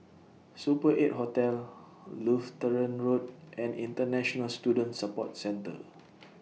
Super eight Hotel Lutheran Road and International Student Support Centre